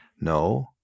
no